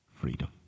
freedom